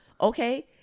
Okay